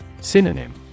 Synonym